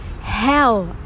hell